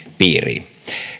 piiriin